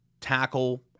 tackle